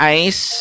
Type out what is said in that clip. ice